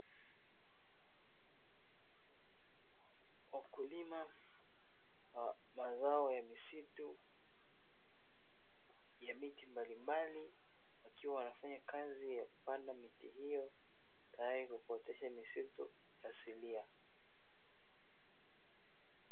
Wakulima wa mazao ya misitu ya miti mbalimbali ikiwa wanafanya kazi ya kupanda miti hiyo tayari kwa kuotesha misitu asilia.